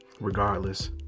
regardless